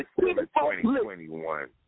2021